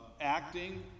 acting